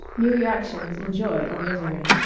new reactions in joy or misery.